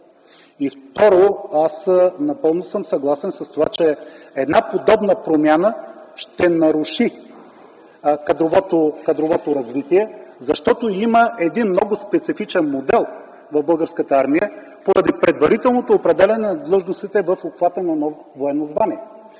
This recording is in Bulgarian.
И второ, аз напълно съм съгласен с това, че една подобна промяна ще наруши кадровото развитие, защото има един много специфичен модел в Българската армия, поради предварителното определяне на длъжностите в обхвата на едно военно звание.